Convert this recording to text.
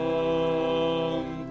Come